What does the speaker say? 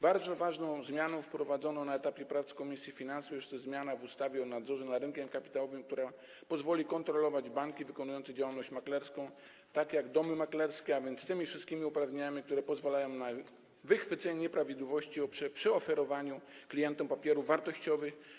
Bardzo ważną zmianą wprowadzoną na etapie prac komisji finansów jest też zmiana w ustawie o nadzorze nad rynkiem kapitałowym, która pozwoli kontrolować banki prowadzące działalność maklerską tak jak domy maklerskie, z tymi wszystkimi uprawnieniami, które pozwalają na wychwycenie nieprawidłowości przy oferowaniu klientom papierów wartościowych.